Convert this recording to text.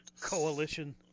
coalition